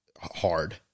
hard